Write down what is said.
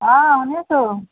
অঁ শুনিছোঁ